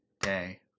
day